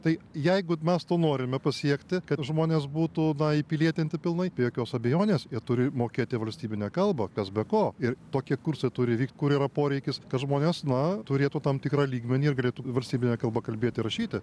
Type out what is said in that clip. tai jeigu mes to norime pasiekti kad žmonės būtų na įpilietinti pilnai be jokios abejonės jie turi mokėti valstybinę kalbą kas be ko ir tokie kursai turi vykt kur yra poreikis kad žmonės na turėtų tam tikrą lygmenį ir galėtų valstybine kalba kalbėti rašyti